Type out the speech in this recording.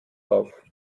auf